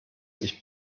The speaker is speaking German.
ich